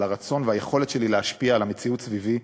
על הרצון ועל היכולת שלי להשפיע על המציאות סביבי,